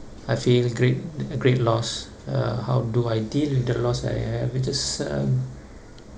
I feel great a great loss uh how do I deal with the loss I have you just uh